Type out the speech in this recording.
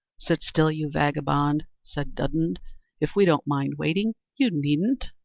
sit still, you vagabond, said dudden if we don't mind waiting, you needn't.